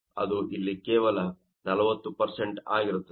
ಅದು ಇಲ್ಲಿ ಕೇವಲ 40 ಆಗಿರುತ್ತದೆ